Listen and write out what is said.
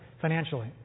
financially